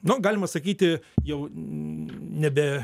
nu galima sakyti jau nebe